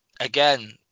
Again